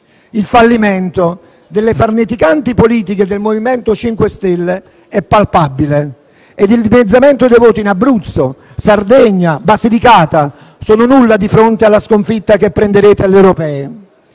Il fallimento delle farneticanti politiche del MoVimento 5 Stelle è palpabile e il dimezzamento dei voti in Abruzzo, Sardegna e Basilicata sono nulla rispetto alla sconfitta che riceverà alle elezioni